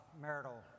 marital